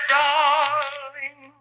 darling